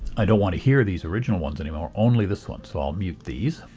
i don't want to hear these original ones anymore only this one. so i'll mute these.